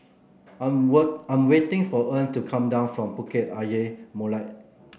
I'm I'm waiting for Earle to come down from Bukit Ayer Molek